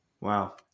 Wow